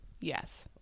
yes